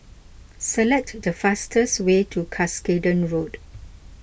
select the fastest way to Cuscaden Road